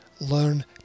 Learn